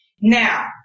Now